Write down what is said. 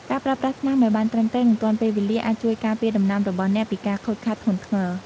ការប្រើប្រាស់ថ្នាំឱ្យបានត្រឹមត្រូវ និងទាន់ពេលវេលាអាចជួយការពារដំណាំរបស់អ្នកពីការខូចខាតធ្ងន់ធ្ងរ។